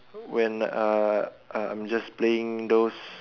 when uh I'm just playing those